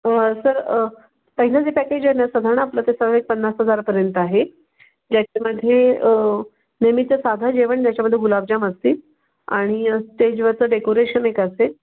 sir पहिलं जे package आहे ना साधारण आपलं ते सर्व एक पन्नास हजारापर्यंत आहे ज्याच्यामध्ये नेहमीचं साधं जेवण ज्याच्यामध्ये गुलाबजाम असतील आणि स्टेजवरचं डेकोरेशन एक असेल